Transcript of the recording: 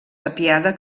tapiada